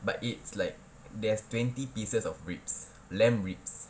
but it's like there is twenty pieces of ribs lamb ribs